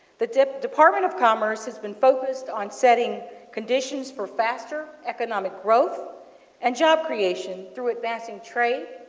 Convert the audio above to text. the department of commerce has been focused on setting conditions for faster economic growth and job creation through advancing trade,